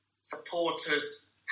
supporters